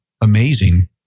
amazing